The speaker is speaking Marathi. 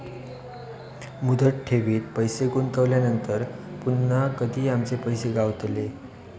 मुदत ठेवीत पैसे गुंतवल्यानंतर पुन्हा कधी आमचे पैसे गावतले?